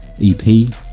EP